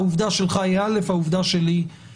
העובדה שלך היא א', העובדה שלי היא ב'.